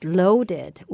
loaded